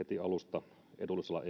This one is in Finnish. alusta edullisilla